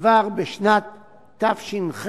כבר בשנת תש"ח,